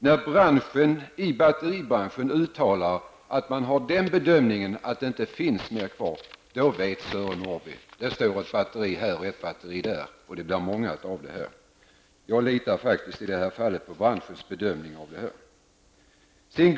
När batteribranschen gör den bedömningen att det inte finns flera batterier kvar vet Sören Norrby hur det förhåller sig: Det står ett batteri här och ett annat där och tillsammans blir de många batterier. Jag litar faktiskt på branschens bedömning i det här fallet.